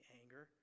anger